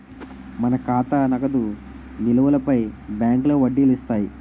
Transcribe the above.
మన ఖాతా నగదు నిలువులపై బ్యాంకులో వడ్డీలు ఇస్తాయి